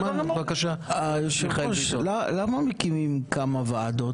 בבקשה, מיכל ביטון.